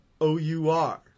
O-U-R